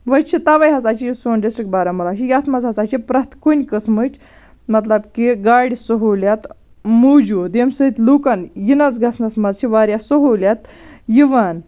وۄنۍ چھِ تَوَے ہَسا چھِ یہِ سون ڈِسٹرک بارہمولہ چھُ یَتھ منٛز ہَسا چھِ پرٛٮ۪تھ کُنہِ قٕسمٕچ مطلب کہِ گاڑِ سہوٗلیت موٗجوٗد ییٚمہِ سۭتۍ لوٗکَن یِنَس گژھنَس منٛز چھِ واریاہ سہوٗلیت یِوان